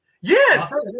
Yes